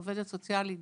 עובדת סוציאלית,